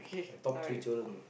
top three children ah